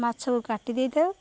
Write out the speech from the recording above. ମାଛକୁ କାଟି ଦେଇଥାଉ